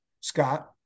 Scott